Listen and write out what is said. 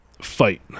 fight